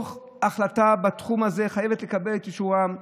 כל החלטה בתחום הזה חייבת לקבל את אישורם.